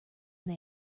they